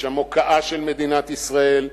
יש שם הוקעה של מדינת ישראל,